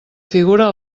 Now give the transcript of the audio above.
figura